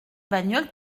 bagnole